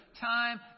time